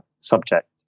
subject